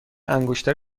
انگشتر